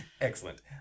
excellent